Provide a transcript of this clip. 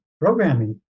programming